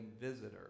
visitor